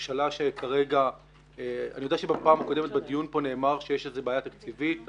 אני יודע שבפעם הקודמת בדיון פה נאמר שיש איזה בעיה תקציבית,